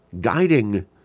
guiding